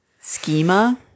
schema